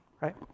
right